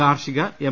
കാർഷിക എം